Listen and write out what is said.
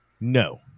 No